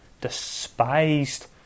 despised